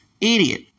Idiot